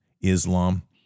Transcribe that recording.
Islam